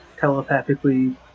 telepathically